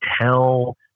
tell